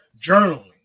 journaling